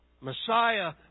Messiah